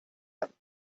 them